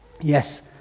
yes